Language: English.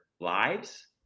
lives